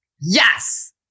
Yes